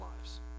lives